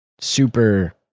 super